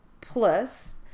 plus